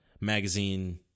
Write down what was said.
magazine